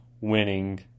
winning